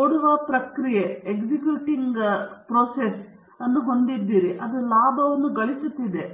ಓಡುವ ಪ್ರಕ್ರಿಯೆಯನ್ನು ಹೊಂದಿದ್ದೀರಿ ಮತ್ತು ಅದು ಲಾಭವನ್ನು ಗಳಿಸುತ್ತಿದೆ